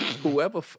whoever